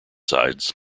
sides